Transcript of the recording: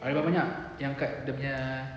ada banyak banyak yang kat dia punya